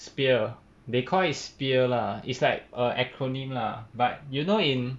sphere they call it sphere lah is like a acronym lah but you know in